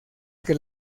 que